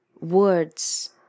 Words